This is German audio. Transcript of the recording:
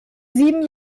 sieben